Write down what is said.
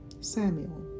Samuel